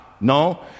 No